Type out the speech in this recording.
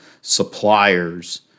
suppliers